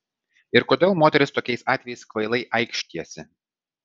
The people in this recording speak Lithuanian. ir kodėl moterys tokiais atvejais kvailai aikštijasi